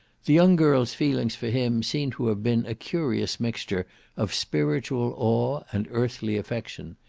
the young girl's feelings for him seem to have been a curious mixture of spiritual awe and earthly affection.